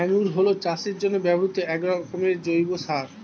manure হলো চাষের জন্য ব্যবহৃত একরকমের জৈব সার